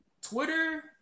Twitter